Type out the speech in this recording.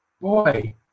boy